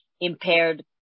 impaired